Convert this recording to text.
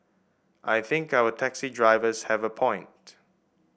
I think our taxi drivers have a point